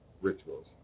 rituals